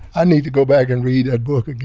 i need to go back and read that book again.